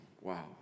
Wow